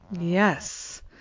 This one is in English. Yes